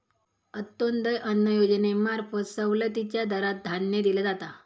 अंत्योदय अन्न योजनेंमार्फत सवलतीच्या दरात धान्य दिला जाता